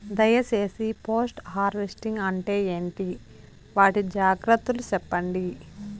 దయ సేసి post harvesting అంటే ఏంటి? వాటి జాగ్రత్తలు సెప్పండి?